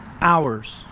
hours